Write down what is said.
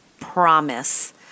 promise